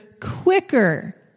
quicker